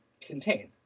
contain